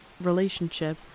relationship